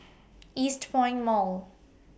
Eastpoint Mall